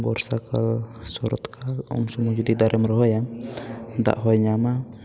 ᱵᱚᱨᱥᱟ ᱠᱟᱞ ᱥᱚᱨᱚᱛ ᱠᱟᱞ ᱩᱱ ᱥᱚᱢᱚᱭ ᱡᱚᱫᱤ ᱫᱟᱨᱮᱢ ᱨᱚᱦᱚᱭᱟ ᱫᱟᱜ ᱦᱚᱭ ᱧᱟᱢᱟ